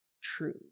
true